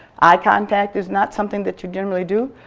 eye contact is not something that you generally do.